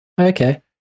Okay